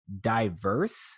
diverse